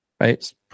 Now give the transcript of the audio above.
right